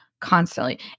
constantly